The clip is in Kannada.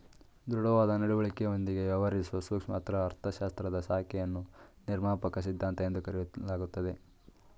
ದೃಢವಾದ ನಡವಳಿಕೆಯೊಂದಿಗೆ ವ್ಯವಹರಿಸುವ ಸೂಕ್ಷ್ಮ ಅರ್ಥಶಾಸ್ತ್ರದ ಶಾಖೆಯನ್ನು ನಿರ್ಮಾಪಕ ಸಿದ್ಧಾಂತ ಎಂದು ಕರೆಯಲಾಗುತ್ತದೆ